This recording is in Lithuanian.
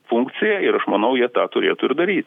funkcija ir aš manau jie tą turėtų ir daryt